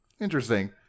interesting